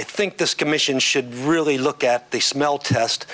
think this commission should really look at the smell test